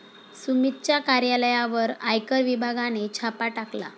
सुमितच्या कार्यालयावर आयकर विभागाने छापा टाकला